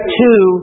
two